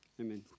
Amen